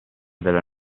della